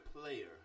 player